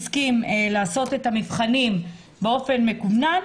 הסכים לעשות את המבחנים באופן מקוון,